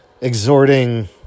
exhorting